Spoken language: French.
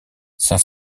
saint